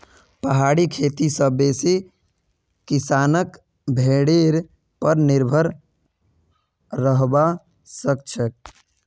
पहाड़ी खेती स बेसी किसानक भेड़ीर पर निर्भर रहबा हछेक